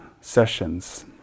sessions